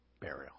burial